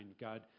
God